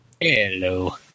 Hello